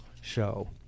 show